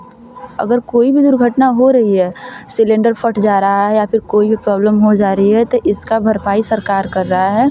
अगर कोई भी दुर्घटना हो रही है सिलेंडर फट जा रहा है या फिर कोई प्रॉब्लम हो जा रही है तो इसका भरपाई सरकार कर रहा है